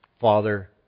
Father